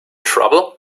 trouble